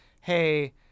hey